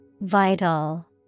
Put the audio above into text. Vital